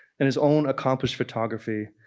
and his own accomplished photography,